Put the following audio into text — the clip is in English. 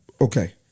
okay